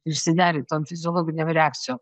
išsiderint tom fiziologinėm reakcijom